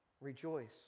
Rejoice